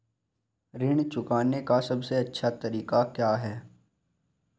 ऋण चुकाने का सबसे अच्छा तरीका क्या है?